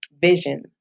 vision